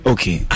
Okay